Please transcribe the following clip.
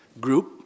group